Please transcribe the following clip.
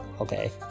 okay